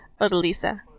Odalisa